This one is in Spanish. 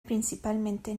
principalmente